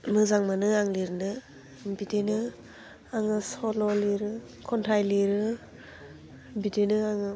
मोजां मोनो आं लिरनो बिदिनो आङो सल' लिरो खन्थाइ लिरो बिदिनो आङो